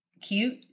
cute